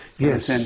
yes. and